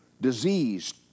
Disease